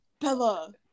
Bella